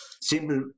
Simple